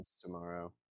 tomorrow